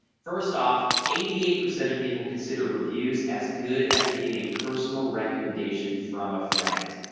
first off eighty eight percent of people consider reviews as good as getting a personal recommendation from a friend.